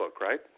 right